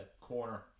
corner